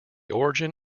origin